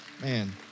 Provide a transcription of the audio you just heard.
Man